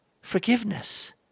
forgiveness